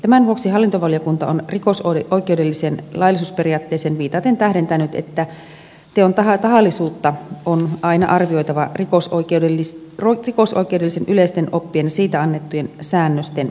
tämän vuoksi hallintovaliokunta on rikosoikeudelliseen laillisuusperiaatteeseen viitaten tähdentänyt että teon tahallisuutta on aina arvioitava rikosoikeuden yleisten oppien ja siitä annettujen säännösten valossa